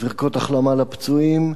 וברכות החלמה לפצועים,